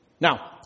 Now